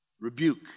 Rebuke